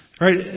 Right